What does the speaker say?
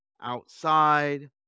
outside